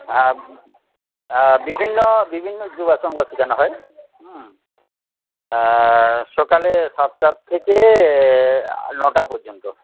হ্যাঁ হ্যাঁ বিভিন্ন বিভিন্ন যোগাসনগুলা শেখানো হয় হুম সকালে সাতটার থেকে নটা পর্যন্ত